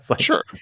Sure